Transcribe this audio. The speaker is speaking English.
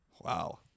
wow